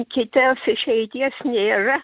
kitas išeities nėra